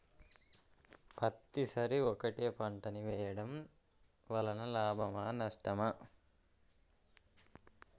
పత్తి సరి ఒకటే పంట ని వేయడం వలన లాభమా నష్టమా?